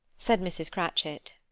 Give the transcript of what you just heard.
said mrs. cratchit.